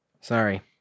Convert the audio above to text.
sorry